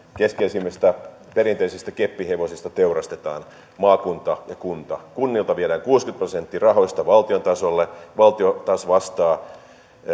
keskeisimmistä perinteisistä keppihevosista teurastetaan maakunta ja kunta kunnilta viedään kuusikymmentä prosenttia rahoista valtion tasolle valtio taas vastaa